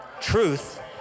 Truth